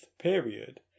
period